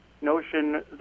notion